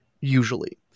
usually